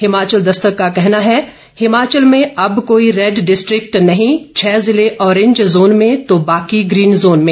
हिमाचल दस्तक का कहना है हिमाचल में अब कोई रेड डिस्ट्रिक्ट नहीं छ जिले ऑरेंज जोन में तो बाकि ग्रीन जोन में